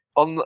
on